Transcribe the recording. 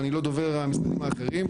אני לא דובר המשרדים האחרונים,